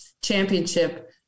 championship